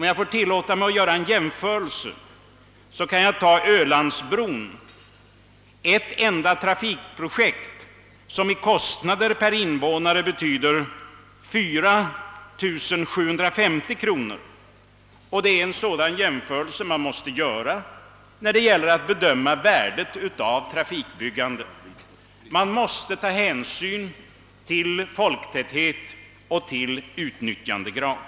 Jag tilllåter mig göra en jämförelse med ett enda trafikprojekt, nämligen Ölandsbron, som beräknas kosta 4 750 kronor per invånare. När man skall bedöma värdet av trafikbyggandet måste man på detta sätt ta hänsyn till folktätheten och utnyttjandegraden.